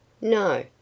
No